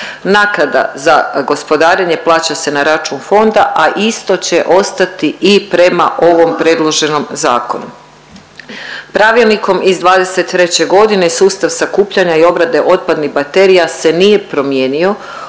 Naknada za gospodarenje plaća se na račun fonda, a isto će ostati i prema ovom predloženom zakonu. Pravilnikom iz '23.g. sustav sakupljanja i obrade otpadnih baterija se nije promijenio